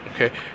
Okay